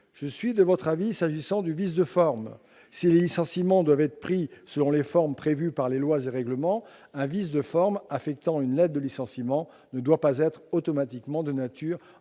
Je suis de votre avis s'agissant du vice de forme. S'il doit être procédé aux licenciements selon les formes prévues par les lois et règlements, un vice de forme affectant une lettre de licenciement ne doit pas être automatiquement de nature